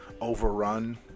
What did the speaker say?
overrun